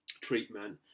treatment